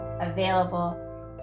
available